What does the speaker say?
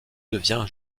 devient